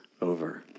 over